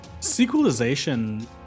Sequelization